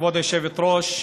כבוד היושבת-ראש,